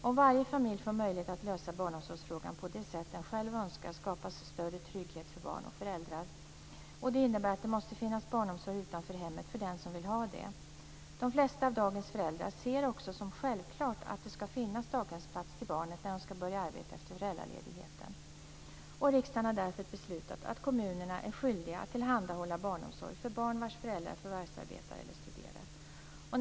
Om varje familj får möjlighet att lösa barnomsorgsfrågan på det sätt den själv önskar skapas större trygghet för barn och föräldrar. Det innebär att det måste finnas barnomsorg utanför hemmet för den som vill ha det. De flesta av dagens föräldrar ser det också som självklart att det skall finnas daghemsplats till barnet när de skall börja arbeta efter föräldraledigheten. Riksdagen har därför beslutat att kommunerna är skyldiga att tillhandahålla barnomsorg för barn vars föräldrar förvärvsarbetar eller studerar.